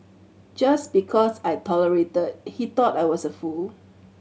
just because I tolerated he thought I was a fool